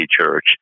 church